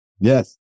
Yes